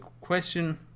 question